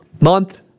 month